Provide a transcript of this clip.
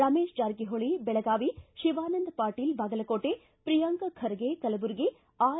Ramesh Jarkiholi Belagavi Shivananda Patil Bagalkot Priyank Kharge Kalaburagi R